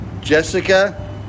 Jessica